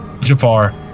Jafar